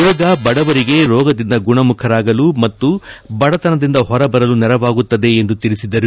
ಯೋಗ ಬಡವರಿಗೆ ರೋಗದಿಂದ ಗುಣಮುಖರಾಗಲು ಮತ್ತು ಬಡತನದಿಂದ ಹೊರಬರಲು ನೆರವಾಗುತ್ತದೆ ಎಂದು ತಿಳಿಸಿದರು